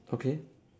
okay